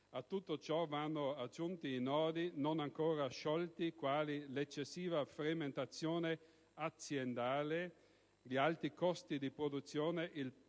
A tutto ciò vanno aggiunti i nodi non ancora sciolti, quali l'eccessiva frammentazione aziendale, gli alti costi di produzione e il